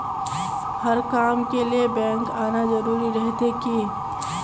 हर काम के लिए बैंक आना जरूरी रहते की?